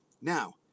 Now